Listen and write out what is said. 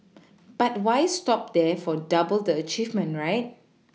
but why stop there for double the achievement right